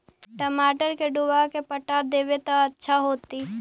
टमाटर के डुबा के पटा देबै त अच्छा होतई?